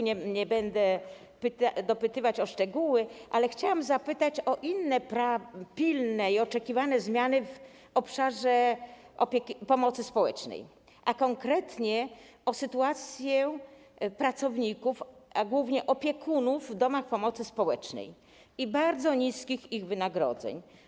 Nie będę dopytywać o szczegóły, ale chciałam zapytać o inne pilne i oczekiwane zmiany w obszarze pomocy społecznej, a konkretnie o sytuację pracowników, a głównie opiekunów w domach pomocy społecznej, i o ich bardzo niskie wynagrodzenia.